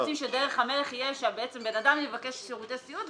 כי הם לא רוצים שדרך המלך יהיה שאדם יבקש שירותי סיעוד,